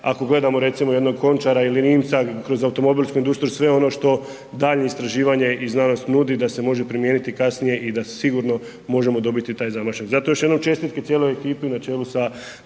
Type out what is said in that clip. ako gledamo recimo jednog Končara ili Rimca kroz automobilsku industriju, sve ono što daljnje istraživanje i znanost nudi, da se može primijeniti kasnije i da se sigurno možemo dobiti taj zamašnjak. Zato još jednom čestitke cijeloj ekipi na čelu sa